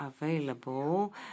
available